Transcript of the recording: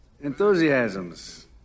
enthusiasms